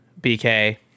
BK